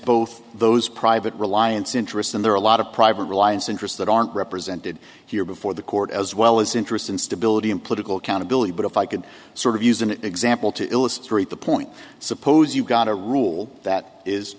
both those private reliance interests and there are a lot of private reliance interests that aren't represented here before the court as well as interest in stability and political accountability but if i could sort of use an example to illustrate the point suppose you've got a rule that is